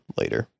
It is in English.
later